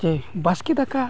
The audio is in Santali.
ᱡᱮ ᱵᱟᱥᱠᱮ ᱫᱟᱠᱟ